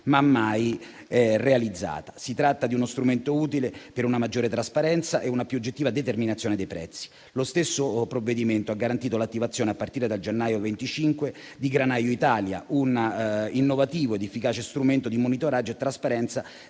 ma mai realizzata. Si tratta di uno strumento utile per una maggiore trasparenza e una più oggettiva determinazione dei prezzi. Lo stesso provvedimento ha garantito l'attivazione, a partire da gennaio 2025, di Granaio Italia, un innovativo ed efficace strumento di monitoraggio e trasparenza